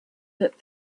that